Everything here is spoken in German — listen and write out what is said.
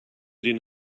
den